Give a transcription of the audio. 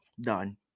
done